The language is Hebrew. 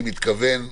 אני מתכוון,